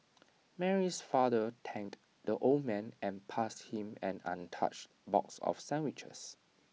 Mary's father thanked the old man and passed him an untouched box of sandwiches